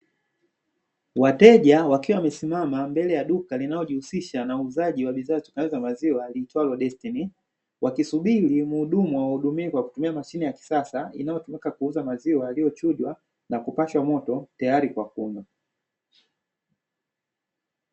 Wateja wakiwa wamesimama mbele ya duka, linalojihusisha na uuzaji wa bidhaa zitokanazo na maziwa liitwalo "Destiny", wakisubiri mhudumu awahudumie kwa kutumia mashine ya kisasa; inayotumika kuuza maziwa yaliyochujwa na kupashwa moto tayari kwa kunywa.